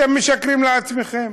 אתם משקרים לעצמכם.